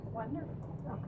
Wonderful